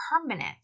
permanent